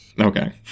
Okay